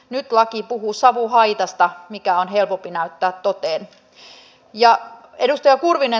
nyt laki puhuu savuhaitasta mikä on helpompi näyttää toteen